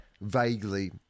vaguely